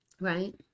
Right